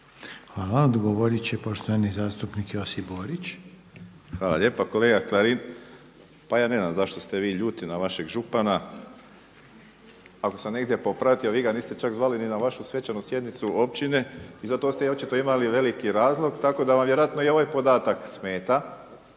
Hvala. Odgovorit će uvaženi zastupnik Josip Borić. **Borić, Josip (HDZ)** Hvala lijepo. Kolega Klarin, pa ja ne znam zašto ste vi ljuti na vašeg župana. Ako sam negdje popratio vi ga niste čak zvali ni na vašu svečanu sjednicu općine i zato ste očito imali veliki razlog tako da vam vjerojatno i ovaj podatak smeta